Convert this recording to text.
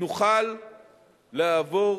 נוכל לעבור